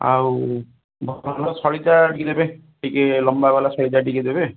ଆଉ ସଳିତା ଟିକେ ଦେବେ ଟିକେ ଲମ୍ବାବାଲା ସଳିତା ଟିକେ ଦେବେ